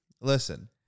Listen